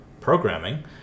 programming